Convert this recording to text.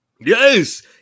Yes